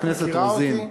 חברת הכנסת רוזין,